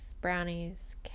brownies